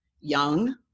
young